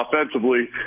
offensively